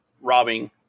robbing